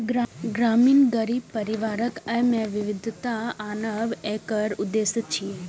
ग्रामीण गरीब परिवारक आय मे विविधता आनब एकर उद्देश्य छियै